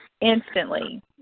instantly